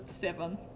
seven